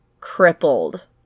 crippled